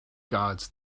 guards